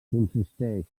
consisteix